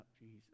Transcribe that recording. Jesus